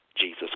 Jesus